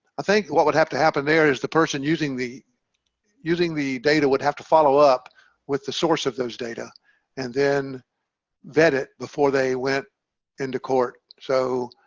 i think what would have to happen? there is the person using the using the data would have to follow up with the source of those data and then vet it before they went into court, so